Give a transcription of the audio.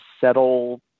settle